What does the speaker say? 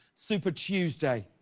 super tuesday.